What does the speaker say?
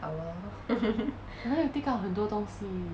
我哪里有 take up 很多东西